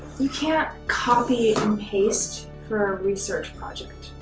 you can't copy and paste for a research project,